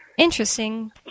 Interesting